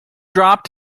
dropped